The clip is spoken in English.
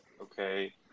Okay